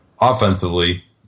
offensively